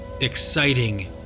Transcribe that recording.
exciting